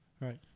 Right